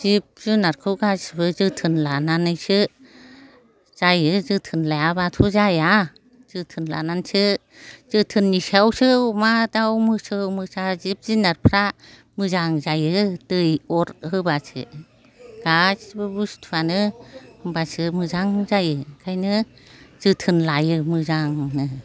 जिब जुनारखौ गासैबो जोथोन लानानैसो जायो जोथोन लायाबाथ' जाया जोथोन लानानैसो जोथोननि सायावसो अमा दाउ मोसौ मोसा जिब जुनारफ्रा मोजां जायो दै अर होबासो गासैबो बुसथुआनो होनबासो मोजां जायो ओंखायनो जोथोन लायो मोजांनो